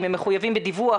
ואם הם מחויבים בדיווח,